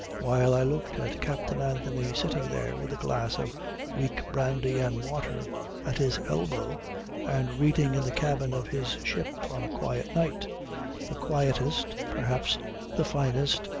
while i looked at captain anthony sitting there with a glass of weak brandy-and-water at his elbow and reading in the cabin of his ship, on a quiet night the quietest, perhaps the finest,